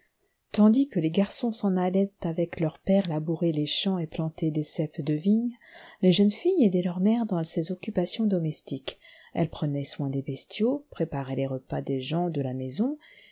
tandis que les garçons s'en allaient avec leur père labourer les champs et planter des ceps de vignes les jeunes filles aidaient leur mère dans ses occupations domestiques elles prenaient soin des bestiaux préparaient les repas des gens de la maison